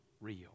real